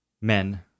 men